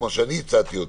כמו שאני הצעתי,